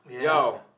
yo